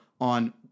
on